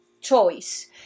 choice